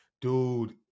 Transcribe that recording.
Dude